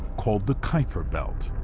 called the kuiper belt.